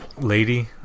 lady